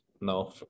no